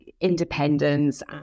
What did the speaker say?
independence